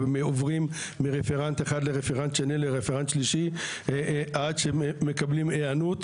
ועוברים מרפרנט אחד לרפרנט שני לרפרנט שלישי עד שמקבלים היענות,